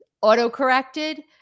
auto-corrected